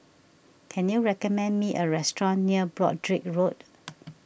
can you recommend me a restaurant near Broadrick Road